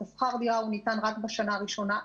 שכר הדירה ניתן רק בשנה הראשונה.